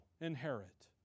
inherit